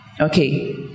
okay